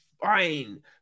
fine